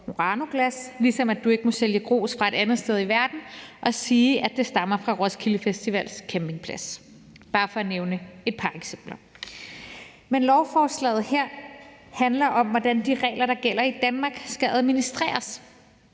ligesom du ikke må sælge grus fra et andet sted i verden og sige, at det stammer fra Roskilde Festivals campingplads. Det var bare for at nævne et par eksempler. Men lovforslaget her handler om, hvordan de regler, der gælder i Danmark, skal administreres,